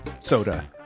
soda